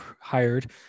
hired –